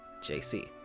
JC